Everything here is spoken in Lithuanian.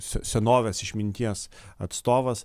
se senovės išminties atstovas